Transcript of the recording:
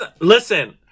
listen